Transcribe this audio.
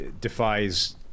defies